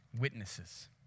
witnesses